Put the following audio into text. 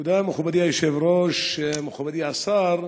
תודה, מכובדי היושב-ראש, מכובדי השר,